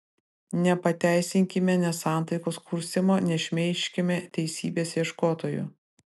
nepateisinkime nesantaikos kurstymo nešmeižkime teisybės ieškotojų